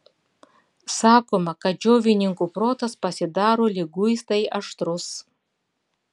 sakoma kad džiovininkų protas pasidaro liguistai aštrus